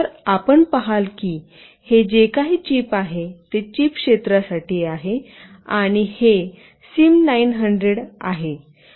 तर आपण पहाल की हे जे काही चिप आहे ते चिप क्षेत्रासाठी आहे आणि हे सिम 900 आहे